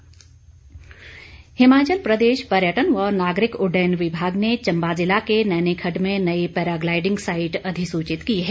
paragliding Himachal Pradesh पर्यटन व नागरिक उड्डयन विभाग ने चंबा ज़िला के नैनीखड्ड में नई पैराग्लाइडिंग साईट अधिसूचित की है